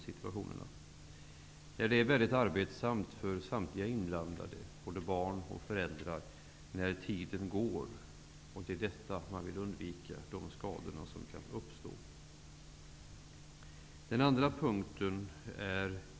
Det är väldigt arbetssamt för alla inblandade, såväl barn som föräldrar, när tiden bara går. Det är de skador som då kan uppstå som man vill undvika.